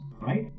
right